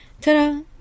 Ta-da